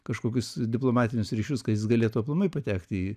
kažkokius diplomatinius ryšius kai jis galėtų aplamai patekti į